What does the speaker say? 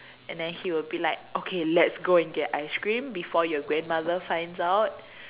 and then he will be like okay let's go and get ice cream before your grandmother finds out